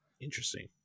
Interesting